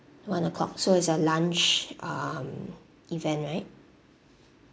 one o'clock so it's a lunch um event right